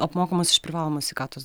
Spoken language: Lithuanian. apmokamas iš privalomo sveikatos